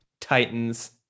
Titans